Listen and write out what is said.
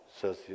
says